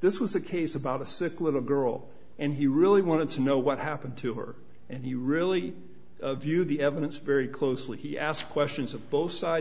this was a case about a sick little girl and he really wanted to know what happened to her and he really viewed the evidence very closely he asked questions of both sides